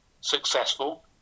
successful